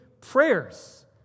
prayers